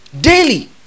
Daily